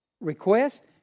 Request